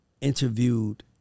interviewed